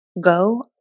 go